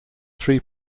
three